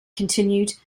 continued